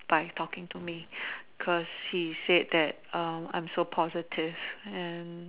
by talking to me cause he said that um I'm so positive and